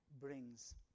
brings